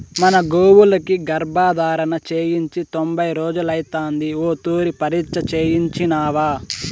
మన గోవులకి గర్భధారణ చేయించి తొంభై రోజులైతాంది ఓ తూరి పరీచ్ఛ చేయించినావా